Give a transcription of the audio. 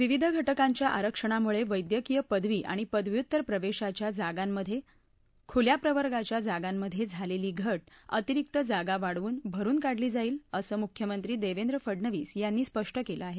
विविध घटकांच्या आरक्षणामुळे वैद्यकीय पदवी आणि पदव्युत्तर प्रवेशाच्या जागांमध्ये खुल्या प्रवर्गाच्या जागांमधे झालेली घट अतिरिक्त जागा वाढवून भरून काढली जाईल असं मुख्यमंत्री देवेंद्र फडनवीस यांनी स्पष्ट केलं आहे